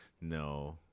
No